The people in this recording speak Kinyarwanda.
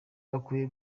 bakwiye